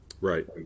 Right